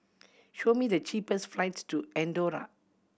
show me the cheapest flights to Andorra